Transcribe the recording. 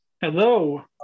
Hello